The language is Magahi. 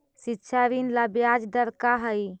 शिक्षा ऋण ला ब्याज दर का हई?